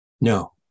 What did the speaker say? No